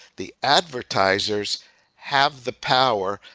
the advertisers have the power,